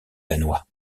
danois